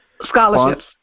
Scholarships